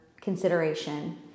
consideration